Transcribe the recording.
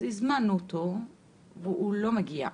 הזמנו אותו והוא לא מגיע.